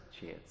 chance